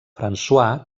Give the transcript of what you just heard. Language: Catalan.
françois